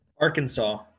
Arkansas